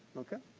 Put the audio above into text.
okay?